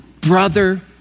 brother